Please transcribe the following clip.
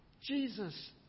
Jesus